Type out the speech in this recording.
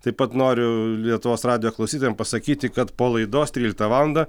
taip pat noriu lietuvos radijo klausytojam pasakyti kad po laidos tryliktą valandą